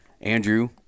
Andrew